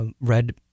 read